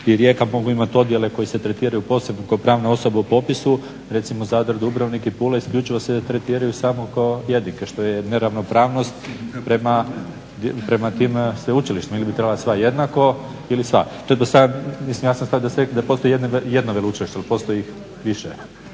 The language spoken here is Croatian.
i Rijeka mogu imati odjele koji se tretiraju posebno kao pravne osobe u popisu. Recimo Zadar, Dubrovnik i Pula isključivo se tretiraju samo kao jedinke što je neravnopravnost prema tim sveučilištima. Ili bi trebala sva jednako ili sva. Pretpostavljam, mislim ja sam sad sretan da postoji bar jedno veleučilište, ali postoji više